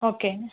ஓகேங்க